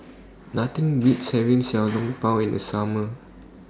Nothing Beats having Xiao Long Bao in The Summer